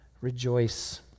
rejoice